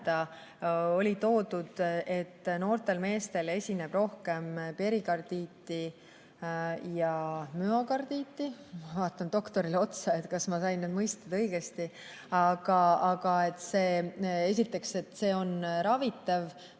oli toodud, et noortel meestel esineb rohkem perikardiiti ja müokardiiti. Ma vaatan doktorile otsa, et kas sain need mõisted õigesti. Aga esiteks, see on ravitav,